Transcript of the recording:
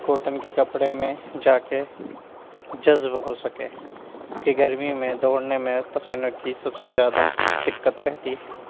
cotton کے کپڑے میں جا کے جذب ہو سکیں کہ گرمیوں میں دوڑنے میں پسینوں کی سب سے زیادہ دقت رہتی ہے